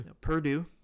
Purdue